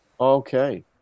Okay